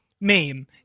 meme